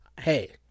Hey